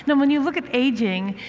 when you look at aging,